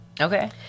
Okay